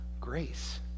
grace